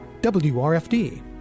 WRFD